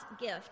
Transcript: gift